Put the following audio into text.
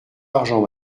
argent